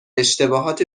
اشتباهات